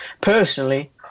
personally